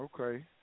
okay